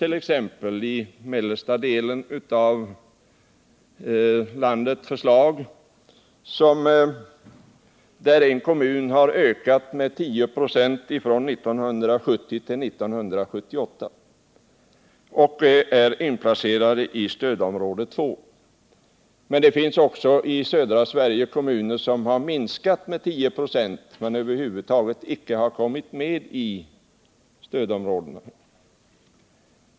en kommun i mellersta delen av landet har ökat med 10 96 från 1970 till 1978 och är inplacerad i stödområde 2. Men det finns också i södra Sverige kommuner som har minskat med 10 96 men över huvud taget icke har kommit med i något stödområde.